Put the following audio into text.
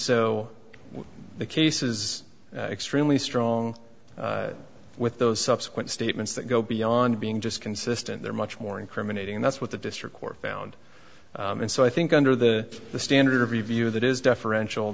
so the case is extremely strong with those subsequent statements that go beyond being just consistent they're much more incriminating and that's what the district court found and so i think under the the standard of review that is deferential